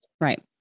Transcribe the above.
Right